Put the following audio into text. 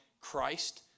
Christ